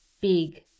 big